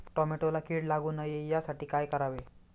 टोमॅटोला कीड लागू नये यासाठी काय करावे?